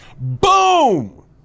Boom